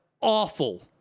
awful